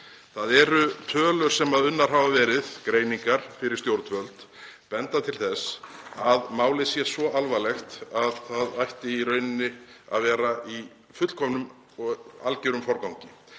og greiningar sem unnar hafa verið fyrir stjórnvöld benda til þess að málið sé svo alvarlegt að það ætti í rauninni að vera í fullkomnum og algjörum forgangi.